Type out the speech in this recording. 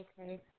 Okay